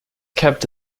kept